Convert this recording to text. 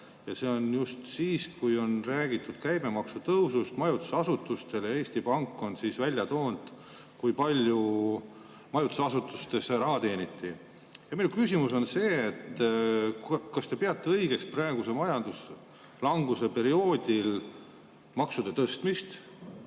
ja see on just siis, kui on räägitud käibemaksu tõusust majutusasutustele. Eesti Pank on välja toonud, kui palju majutusasutustes raha teeniti. Minu küsimus on see: kas te peate õigeks praeguse majanduslanguse perioodil maksude tõstmist,